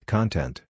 Content